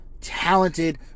talented